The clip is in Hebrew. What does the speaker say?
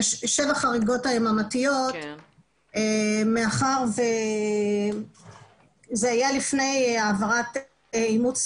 חריגות היממתיות מאחר וזה היה לפני אימוץ